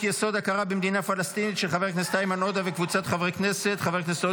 עמיתיי חברי הכנסת וחברות הכנסת --- חברי הכנסת,